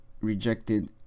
rejected